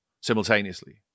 simultaneously